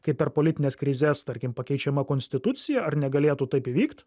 kaip per politines krizes tarkim pakeičiama konstitucija ar negalėtų taip įvykt